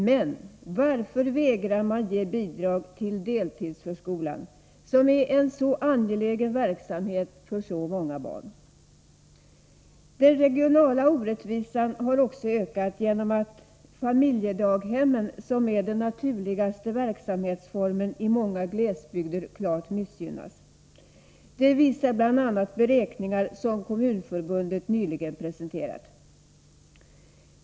Men varför vägrar man att ge bidrag till deltidsförskolan, som är en så angelägen verksamhet när det gäller många barn? Den regionala orättvisan har också ökat genom att familjedaghemmen, som är den naturligaste verksamhetsformen i många glesbygder, klart missgynnas. Det visar bl.a. beräkningar som Kommunförbundet nyligen presenterat.